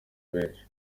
benshi